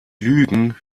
lügen